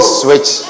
switch